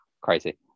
crazy